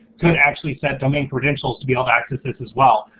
could actually set domain credentials to be able to access this as well.